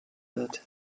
wird